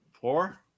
four